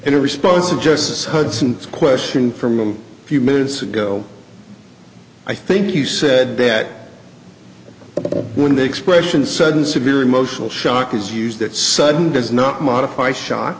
a response of justice hudson question from a few minutes ago i think you said bed when the expression sudden severe emotional shock is used that sudden does not modify shock